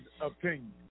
opinion